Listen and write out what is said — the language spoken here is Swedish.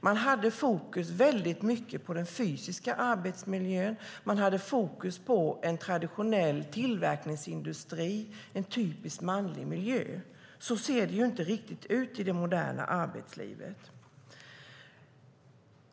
Man hade fokus mycket på den fysiska arbetsmiljön, och man hade fokus på en traditionell tillverkningsindustri, en typiskt manlig miljö. Men så ser det ju inte riktigt ut i det moderna arbetslivet.